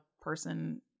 person